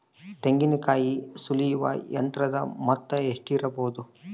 ತೆಂಗಿನಕಾಯಿ ಸುಲಿಯುವ ಯಂತ್ರದ ಮೊತ್ತ ಎಷ್ಟಿರಬಹುದು?